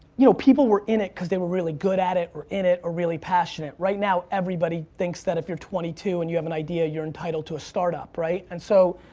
you know people were in it cause they were really good at it or in it or really passionate. right now, everybody thinks that if you're twenty two and you have an idea you're entitled to a startup, right? and so,